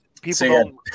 people